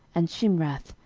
and shimrath,